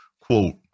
Quote